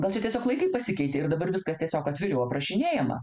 gal čia tiesiog laikai pasikeitė ir dabar viskas tiesiog atviriau aprašinėjama